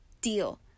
deal